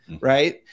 Right